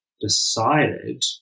decided